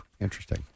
interesting